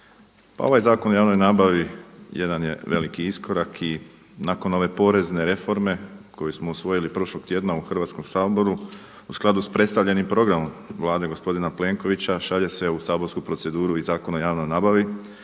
ovaj Zakon o javnoj nabavi jedan je veliki iskorak i nakon ove porezne reforme koju smo usvojili prošlog tjedan u Hrvatskom saboru u skladu s predstavljenim programom Vlade gospodin Plenkovića šalje se u saborsku proceduru i Zakon o javnoj nabavi